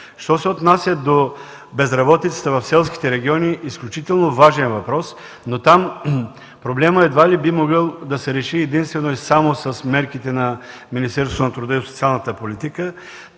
Що се отнася до безработицата в селските региони – изключително важен въпрос, там проблемът едва ли би могъл да се реши единствено и само с мерките на Министерството на труда и социалната политика.